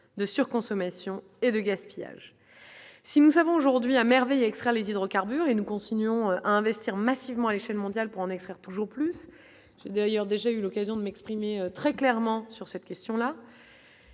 de surconsommation et de gaspillage, si nous avons aujourd'hui à merveille à extraire les hydrocarbures et nous continuons à investir massivement à l'échelle mondiale pour en extraire toujours plus, j'ai d'ailleurs déjà eu l'occasion de m'exprimer très clairement sur cette question-là.